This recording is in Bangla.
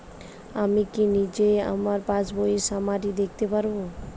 আমি কি নিজেই আমার পাসবইয়ের সামারি দেখতে পারব?